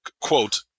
quote